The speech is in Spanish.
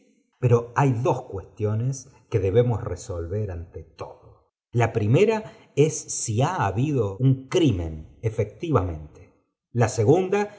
pero hay dos cuestiones que debemos resolver ante todo la primera es si ha habido crimen efectivamente la segunda